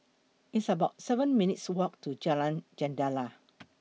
It's about seven minutes' Walk to Jalan Jendela